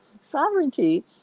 sovereignty